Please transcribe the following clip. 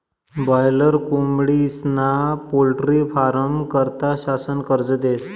boiler कोंबडीस्ना poultry फारमं करता शासन कर्ज देस